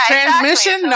transmission